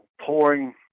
pouring